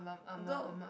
go